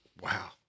Wow